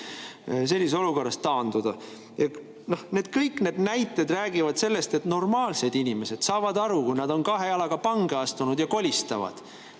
sellises olukorras taanduda. Kõik need näited räägivad sellest, et normaalsed inimesed saavad aru, kui nad on kahe jalaga pange astunud ja kolistanud,